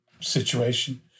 situation